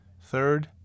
Third